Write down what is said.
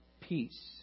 peace